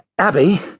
Abby